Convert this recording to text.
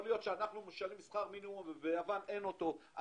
יכול להיות שאנחנו משלמים שכר מינימום שביוון אין אותו.